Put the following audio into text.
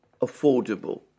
affordable